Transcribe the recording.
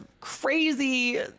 crazy